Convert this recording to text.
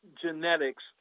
genetics